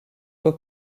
peu